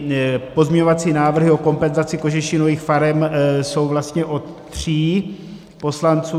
Ty pozměňovací návrhy o kompenzaci kožešinových farem jsou vlastně od tří poslanců.